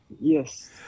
Yes